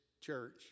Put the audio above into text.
church